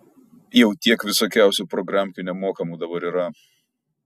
jau tiek visokiausių programkių nemokamų dabar yra